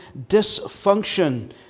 dysfunction